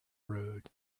road